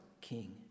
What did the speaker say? King